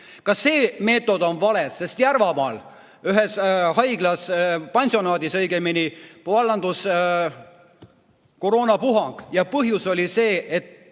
Ka see meetod on vale, sest Järvamaal ühes haiglas, pansionaadis õigemini, vallandus koroonapuhang ja põhjus oli see, et